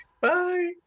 Bye